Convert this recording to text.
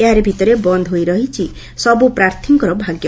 ଏହାରି ଭିତରେ ବନ୍ଦ ହୋଇ ରହିଛି ସବୁ ପ୍ରାର୍ଥୀଙ୍କ ଭାଗ୍ୟ